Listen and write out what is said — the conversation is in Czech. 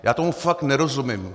Já tomu fakt nerozumím.